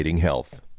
health